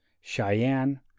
Cheyenne